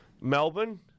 Melbourne